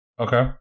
Okay